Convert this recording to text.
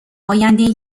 آیندهای